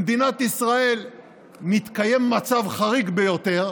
במדינת ישראל מתקיים מצב חריג ביותר,